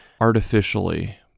artificially